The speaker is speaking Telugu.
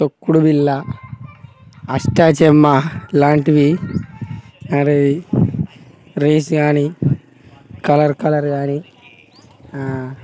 తొక్కుడుబిళ్ళ అష్టాచమ్మ లాంటివి ఆడేది రేస్ కానీ కలర్ కలర్ కానీ